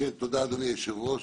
אדוני היושב-ראש.